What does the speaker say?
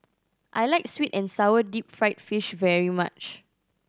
I like sweet and sour deep fried fish very much